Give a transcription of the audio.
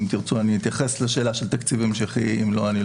אם תרצו אני אתייחס לשאלה של תקציבים ואם לא תרצו,